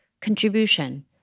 contribution